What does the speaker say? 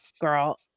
girl